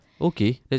Okay